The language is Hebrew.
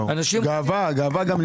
תודה לכולם, ישיבה זו